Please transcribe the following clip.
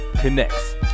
Connects